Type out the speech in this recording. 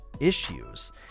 issues